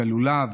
הלולב,